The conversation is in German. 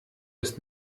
ist